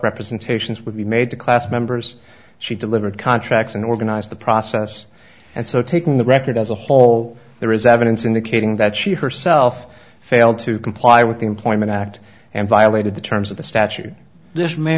representations would be made to class members she delivered contracts and organize the process and so taking the record as a whole there is evidence indicating that she herself failed to comply with the employment act and violated the terms of the statute this may